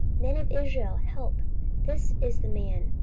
men of israel, help this is the man,